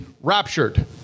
raptured